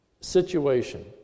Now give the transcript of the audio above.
situation